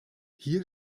hier